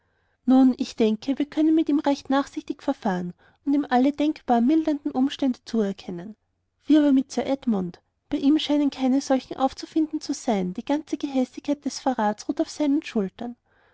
nun ich denke wir können mit ihm recht nachsichtig verfahren und ihm alle denkbaren mildernden umstände zuerkennen wie aber mit sir edmund bei ihm scheinen keine solchen aufzufinden zu sein die ganze gehässigkeit des verrats ruht auf seinen schultern